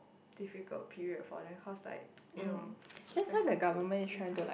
difficult period for them cause like you know very hard to clean up